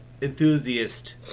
enthusiast